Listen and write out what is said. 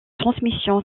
transmission